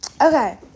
Okay